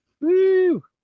Woo